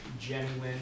genuine